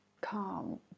calm